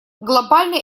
глобальный